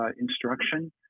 instruction